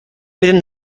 within